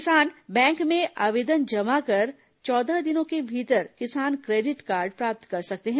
किसान बैंक में आवेदन जमा कर चौदह दिनों के भीतर किसान क्रेडिट कार्ड प्राप्त कर सकते हैं